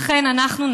לכן אנחנו,